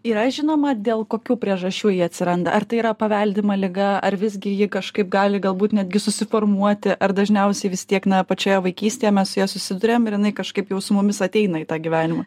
yra žinoma dėl kokių priežasčių ji atsiranda ar tai yra paveldima liga ar visgi ji kažkaip gali galbūt netgi susiformuoti ar dažniausiai vis tiek pačioje vaikystėje mes su ja susiduriam ir jinai kažkaip jau su mumis ateina į tą gyvenimą